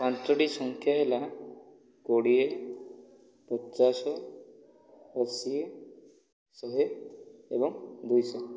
ପାଞ୍ଚୋଟି ସଂଖ୍ୟା ହେଲା କୋଡ଼ିଏ ପଚାଶ ଅଶି ଶହେ ଏବଂ ଦୁଇଶହ